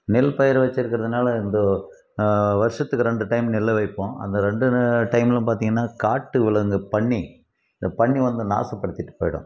நெல்பயிர் வச்சிருக்கிறதுனால வருஷத்துக்கு ரெண்டு டைம் நெல்லை வைப்போம் அந்த ரெண்டு டைம்லும் பார்த்திங்கன்னா காட்டு விலங்கு பன்றி இந்த பன்றி வந்து நாசப்படுத்திவிட்டு போய்விடும்